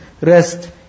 rest